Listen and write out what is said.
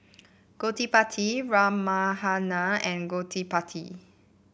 Gottipati Ramahana and Gottipati